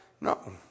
no